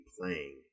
playing